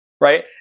right